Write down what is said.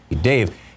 Dave